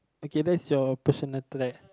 okay that's your personal try